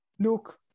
look